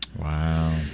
Wow